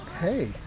hey